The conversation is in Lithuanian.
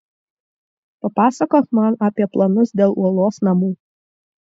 papasakok man apie planus dėl uolos namų